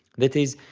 that is,